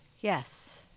Yes